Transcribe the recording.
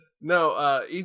No